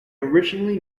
originally